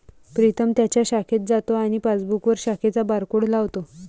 प्रीतम त्याच्या शाखेत जातो आणि पासबुकवर शाखेचा बारकोड लावतो